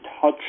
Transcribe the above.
touch